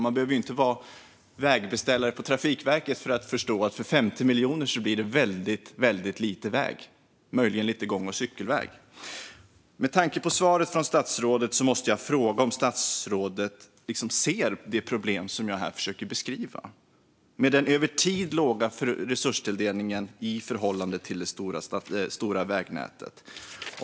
Man behöver inte vara vägbeställare på Trafikverket för att förstå att för 50 miljoner blir det väldigt lite väg, möjligen lite gång och cykelväg. Med tanke på svaret från statsrådet måste jag fråga om statsrådet ser det problem som jag här försöker beskriva med den över tid låga resurstilldelningen i förhållande till det stora vägnätet.